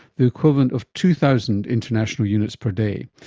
the equivalent of two thousand international units per day.